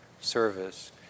service